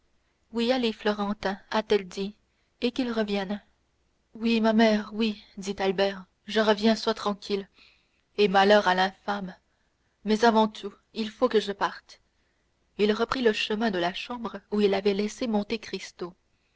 allez florentin a-t-elle dit et qu'il revienne oui ma mère oui dit albert je reviens sois tranquille et malheur à l'infâme mais avant tout il faut que je parte il reprit le chemin de la chambre où il avait laissé monte cristo ce